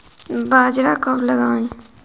बाजरा कब लगाएँ?